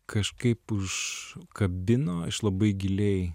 kažkaip užkabino iš labai giliai